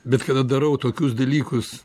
bet kada darau tokius dalykus